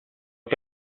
che